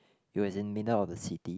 it was in middle of the city